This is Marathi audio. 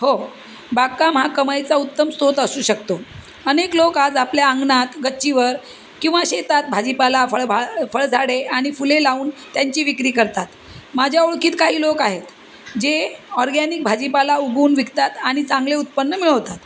हो बागकाम हा कमाईचा उत्तम स्रोत असू शकतो अनेक लोक आज आपल्या अंगणात गच्चीवर किंवा शेतात भाजीपाला फळभा फळझाडे आणि फुले लावून त्यांची विक्री करतात माझ्या ओळखीत काही लोक आहेत जे ऑर्रगॅनिक भाजीपाला उगवून विकतात आणि चांगले उत्पन्न मिळवतात